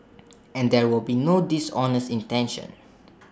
and there will be no dishonest intention